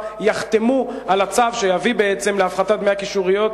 יחתמו על הצו שיביא להפחתת דמי הקישוריות,